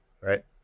Right